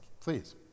please